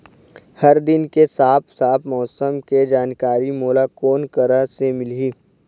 हर दिन के साफ साफ मौसम के जानकारी मोला कोन करा से मिलही?